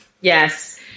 Yes